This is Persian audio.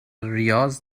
ریاض